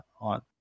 on